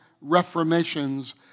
reformations